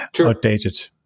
outdated